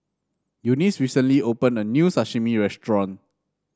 Eunice recently opened a new Sashimi restaurant